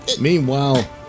Meanwhile